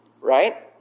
Right